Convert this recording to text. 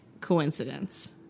coincidence